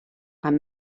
amb